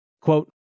Quote